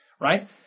right